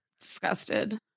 disgusted